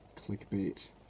clickbait